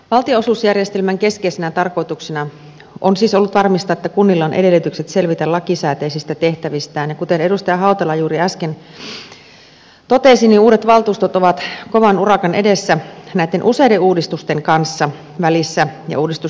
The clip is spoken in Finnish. valtionosuusjärjestelmän keskeisenä tarkoituksena on siis ollut varmistaa että kunnilla on edellytykset selvitä lakisääteisistä tehtävistään ja kuten edustaja hautala juuri äsken totesi uudet valtuustot ovat kovan urakan edessä näitten useiden uudistusten kanssa välissä ja jälkeen